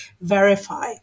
verify